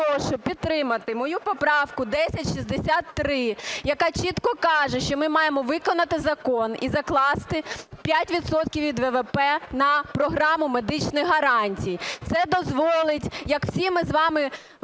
прошу підтримати мою поправку 1063, яка чітко каже, що ми маємо виконати закон і закласти 5 відсотків від ВВП на програму медичних гарантій. Це дозволить, як всі ми з вами бідкаємося,